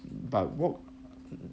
but wok